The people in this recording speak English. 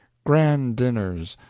grand dinners,